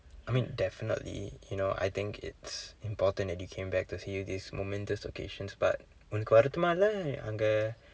I mean definitely you know I think it's important that you came back to see these momentous occasions but உனக்கு வருத்தமா இல்லை அங்க:unakku varuthamaa illai anka